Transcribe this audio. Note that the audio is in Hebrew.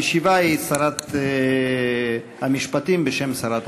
המשיבה היא שרת המשפטים, בשם שרת הבריאות.